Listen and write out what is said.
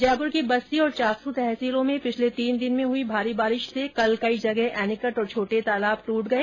जयपुर के बस्सी और चाकसू तहसीलों में पिछले तीन दिन में हुई भारी बारिष से कल कई जगह एनीकट और छोटे तालाब ट्रट गए